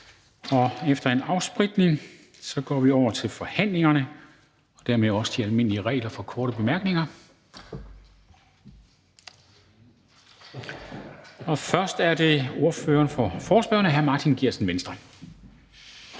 efter en afspritning går vi over til forhandlingerne og dermed også de almindelige regler for korte bemærkninger. Først er det ordføreren for forespørgerne, hr. Martin Geertsen.